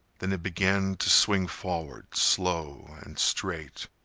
then it began to swing forward, slow and straight,